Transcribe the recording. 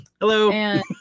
Hello